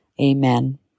Amen